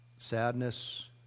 Sadness